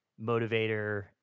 motivator